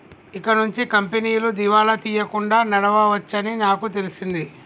ఇకనుంచి కంపెనీలు దివాలా తీయకుండా నడవవచ్చని నాకు తెలిసింది